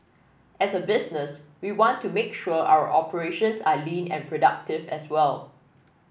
as a business we want to make sure our operations are lean and productive as well